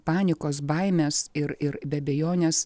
panikos baimės ir ir be abejonės